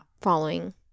following